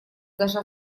даже